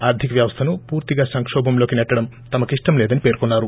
ఆర్దిక వ్యవస్థను పూర్తిగా సంకోభంలోకి నెట్టడం తమకిష్టంలేదని పేర్కొన్నారు